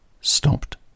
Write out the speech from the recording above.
stopped